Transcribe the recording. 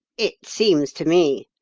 it seems to me,